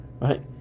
Right